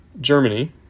Germany